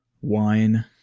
wine